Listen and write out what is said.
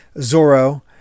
Zoro